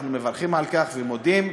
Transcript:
אנחנו מברכים על כך ומודים,